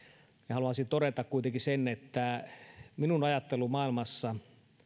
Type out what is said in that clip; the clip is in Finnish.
haluaisin todeta kuitenkin sen että minun ajattelumaailmassani